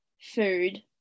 food